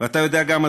ואתה יודע גם,